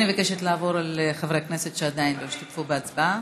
אני מבקשת לקרוא בשמות חברי הכנסת שעדיין לא השתתפו בהצבעה.